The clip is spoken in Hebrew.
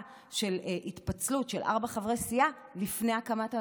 של התפצלות של ארבעה חברי סיעה לפני הקמת הממשלה.